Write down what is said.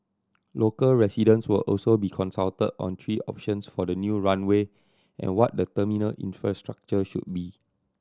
local residents will also be consulted on three options for the new runway and what the terminal infrastructure should be